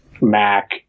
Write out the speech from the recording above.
Mac